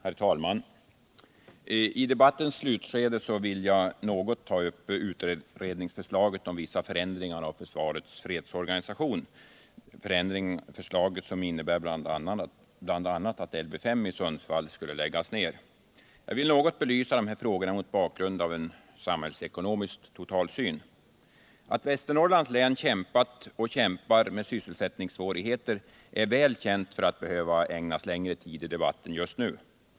Herr talman! I debattens slutskede vill jag något ta upp utredningsförslaget om vissa förändringar av försvarets fredsorganisation. Förslaget innebär bl.a. att Lv 5 i Sundsvall skulle läggas ner. Jag vill något belysa dessa frågor mot bakgrund av en samhällsekonomisk totalsyn. Att Västernorrlands län kämpat och kämpar med sysselsättningssvårigheter är alltför väl känt för att behöva ägnas längre tid i debatten just nu.